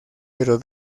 pero